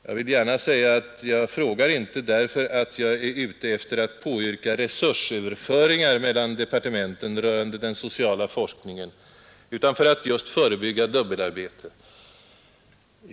Jag vill gärna säga att jag inte frågar för att jag är ute efter att påyrka resursöverföringar mellan departementen rörande den sociala forskningen utan för att just förebygga dubbelarbete.